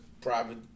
private